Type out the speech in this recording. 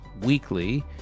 weekly